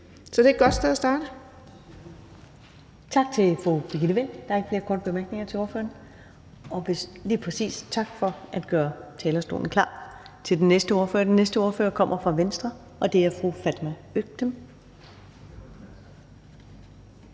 næstformand (Karen Ellemann): Tak til fru Birgitte Vind. Der er ikke flere korte bemærkninger til ordføreren. Tak for at gøre talerstolen klar til den næste ordfører. Den næste ordfører kommer fra Venstre, og det er fru Fatma Øktem.